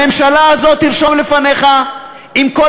הממשלה הזאת, תרשום לפניך, עם כל